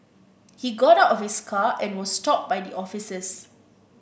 he got out of his car and was stopped by the officers